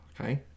Okay